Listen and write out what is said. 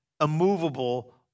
immovable